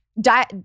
die